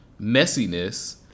messiness